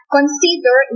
Consider